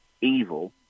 evil